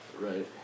Right